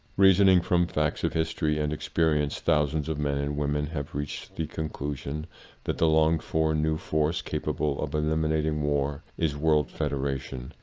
reasoning from facts of history and experience, thousands of men and women have reached the conclusion that the longed for new force capable of eliminating war is world federa tion.